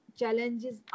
challenges